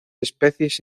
especies